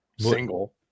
Single